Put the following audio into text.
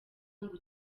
ngo